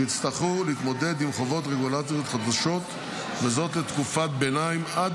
שיצטרכו להתמודד עם חובות רגולטוריות חדשות בתקופת ביניים עד